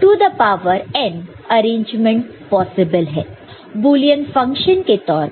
to the power n arrangement possible है boolean function के तौर पर